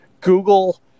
Google